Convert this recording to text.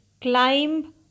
climb